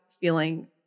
feeling